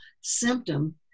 symptom